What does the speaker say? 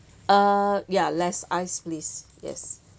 uh yeah less ice please yes